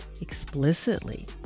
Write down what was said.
explicitly